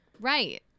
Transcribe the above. Right